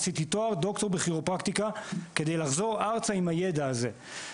עשיתי תואר ד"ר בכירופרקטיקה כדי לחזור ארצה עם הידע זה.